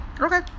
okay